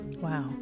Wow